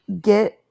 Get